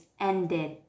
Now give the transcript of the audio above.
ended